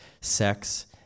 sex